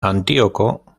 antíoco